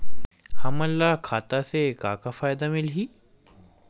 हमन ला खाता से का का फ़ायदा मिलही?